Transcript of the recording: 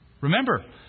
Remember